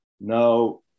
no